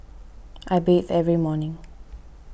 I bathe every morning